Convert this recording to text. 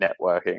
networking